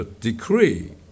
decree